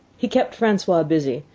he kept francois busy,